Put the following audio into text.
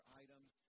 items